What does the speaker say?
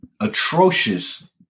atrocious